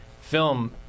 film